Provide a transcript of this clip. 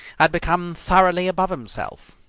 had become thoroughly above himself.